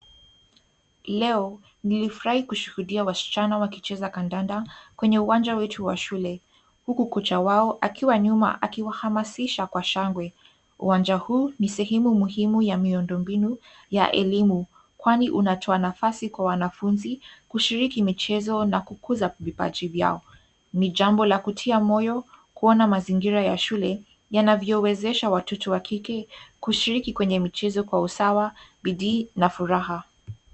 Leo nilifurahi kushuhudia wasichana wakicheza kandanda kwenye uwanja wetu wa shule huku kocha wao akiwa nyuma akiwahamasisha kwa shangwe. Uwanja huu ni sehemu muhimu ya miundo mbinu ya elimu kwani unatoa nafasi kwa wanafunzi kushiriki michezo na kukuza vipaji vyao. Ni jambo la kutia moyo kuona mazingira ya shule yanavyowezesha watoto wa kike kushiriki kwenye mchezo kwa usawa, bidii na furaha.